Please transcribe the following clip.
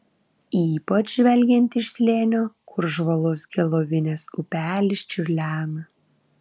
ypač žvelgiant iš slėnio kur žvalus gelovinės upelis čiurlena